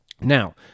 Now